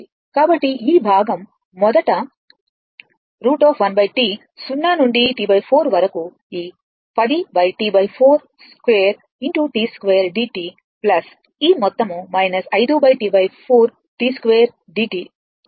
కాబట్టి ఈ భాగం మొదట √ 1T 0 నుండి T 4 వరకు ఈ 10 T42 t2dt ఈ మొత్తం 5 T42t2dt అవుతుంది